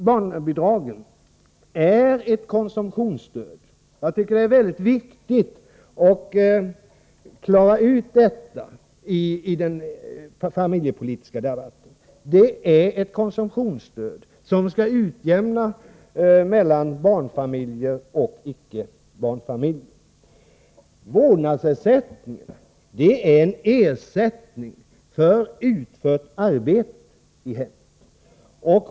Barnbidraget är ett konsumtionsstöd. Jag tycker att det är mycket viktigt att klara ut detta i den familjepolitiska debatten. Det är avsett att utjämna mellan barnfamiljer och icke barnfamiljer. Vårdnadsersättningen är en ersättning för utfört arbete i hemmet.